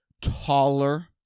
taller